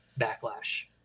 Backlash